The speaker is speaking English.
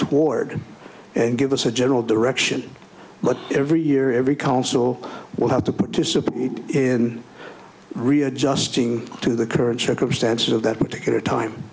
toward and give us a general direction but every year every council will have to participate in readjusting to the current circumstances of that particular time